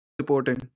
supporting